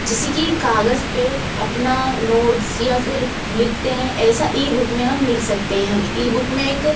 जैसे की कागज़ पर अपनी नोट्स या फिर लिखते हैं ऐसा ईबुक में हम लिख सकते हैं हम ईबुक में एक